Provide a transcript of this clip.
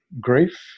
grief